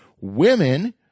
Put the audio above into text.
Women